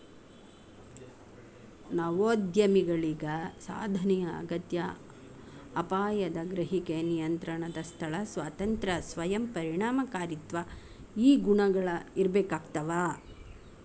ನವೋದ್ಯಮಿಗಳಿಗ ಸಾಧನೆಯ ಅಗತ್ಯ ಅಪಾಯದ ಗ್ರಹಿಕೆ ನಿಯಂತ್ರಣದ ಸ್ಥಳ ಸ್ವಾತಂತ್ರ್ಯ ಸ್ವಯಂ ಪರಿಣಾಮಕಾರಿತ್ವ ಈ ಗುಣಗಳ ಇರ್ಬೇಕಾಗ್ತವಾ